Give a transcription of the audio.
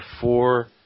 four